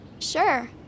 Sure